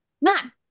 man